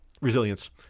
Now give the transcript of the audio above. Resilience